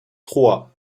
trois